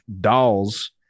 dolls